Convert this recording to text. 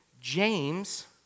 James